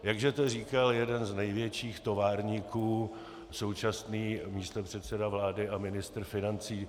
Jak že to říkal jeden z největších továrníků, současný místopředseda vlády a ministr financí?